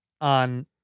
on